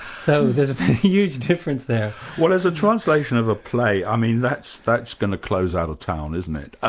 so there's a huge difference there. well as a translation of a play, i mean that's that's going to close out of town, isn't it?